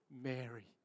Mary